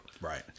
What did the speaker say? Right